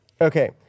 Okay